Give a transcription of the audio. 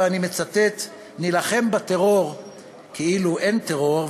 ואני מצטט: נילחם בטרור כאילו אין טרור,